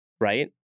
Right